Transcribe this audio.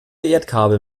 erdkabel